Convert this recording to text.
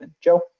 Joe